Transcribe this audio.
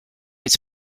its